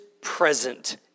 present